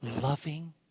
loving